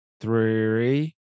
three